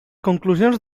conclusions